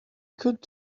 could